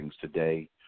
today